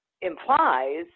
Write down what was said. implies